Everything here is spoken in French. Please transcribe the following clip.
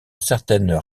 certaines